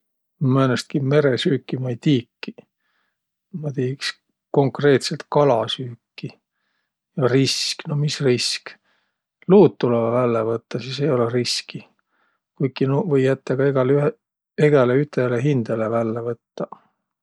No määnestki meresüüki ma ei tiikiq. Ma tii iks konkreetselt kalasüüki. Ja risk, no mis risk? Luuq tulõvaq vällä võttaq, sis ei olõq riski, kuiki nuuq või jättäq ka egäleühe- egäleütele hindäle vällä võttaq.